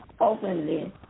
openly